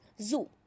zoo